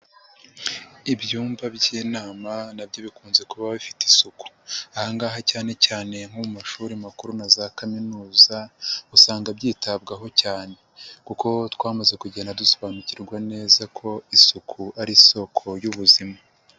Ibyumba by'inama na byo bikunze kuba bifite isuku, aha ngaha cyane cyane nko mu mashuri makuru na za kaminuza usanga byitabwaho cyane kuko twamaze kugenda dusobanukirwa neza ko isuku ari isoko y'ubuzima.